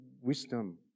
wisdom